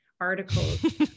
articles